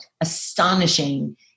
astonishing